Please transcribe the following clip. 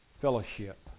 fellowship